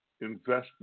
investment